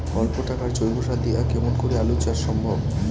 অল্প টাকার জৈব সার দিয়া কেমন করি আলু চাষ সম্ভব?